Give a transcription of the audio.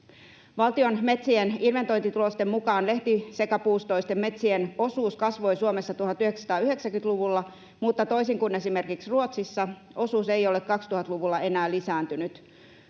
Valtion metsien inventointitulosten mukaan lehtisekapuustoisten metsien osuus kasvoi Suomessa 1990-luvulla, mutta toisin kuin esimerkiksi Ruotsissa, osuus ei ole 2000-luvulla enää lisääntynyt.